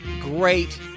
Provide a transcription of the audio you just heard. great